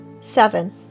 seven